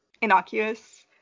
innocuous